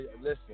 listen